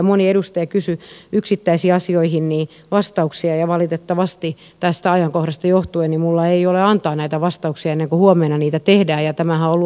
moni edustaja kysyi yksittäisiin asioihin vastauksia ja valitettavasti tästä ajankohdasta johtuen minulla ei ole antaa näitä vastauksia ennen kuin huomenna niitä tehdään ja tämähän on ollut opposition tiedossa